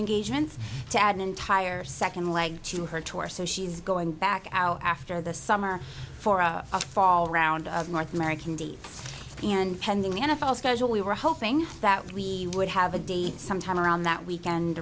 engagements to add an entire second leg to her tour so she's going back out after the summer for a fall round of north american dates and pending the n f l schedule we were hoping that we would have a date sometime around that weekend